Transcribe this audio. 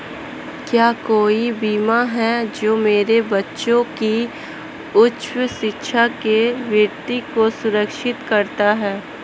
क्या कोई बीमा है जो मेरे बच्चों की उच्च शिक्षा के वित्त को सुरक्षित करता है?